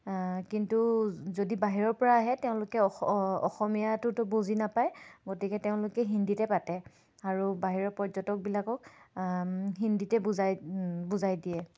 কিন্তু যদি বাহিৰৰ পৰা আহে তেওঁলোকে অস অসমীয়াটোতো বুজি নাপায় গতিকে তেওঁলোকে হিন্দীতে পাতে আৰু বাহিৰৰ পৰ্যটকবিলাকক হিন্দীতে বুজাই বুজাই দিয়ে